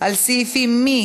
מי